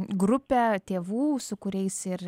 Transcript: grupę tėvų su kuriais ir